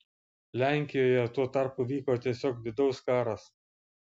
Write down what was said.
lenkijoje tuo tarpu vyko tiesiog vidaus karas